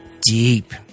deep